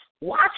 Watch